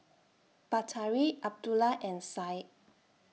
Batari Abdullah and Syed